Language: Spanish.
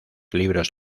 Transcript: libros